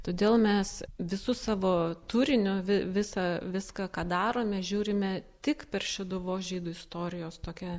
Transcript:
todėl mes visu savo turiniu vi viską ką darome žiūrime tik per šeduvos žydų istorijos tokią